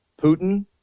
Putin